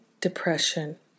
depression